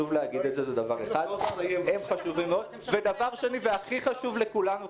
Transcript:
דבר שני והכי חשוב לכולנו,